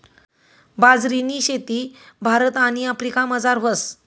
बाजरीनी शेती भारत आणि आफ्रिकामझार व्हस